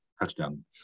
Touchdown